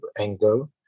angle